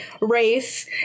race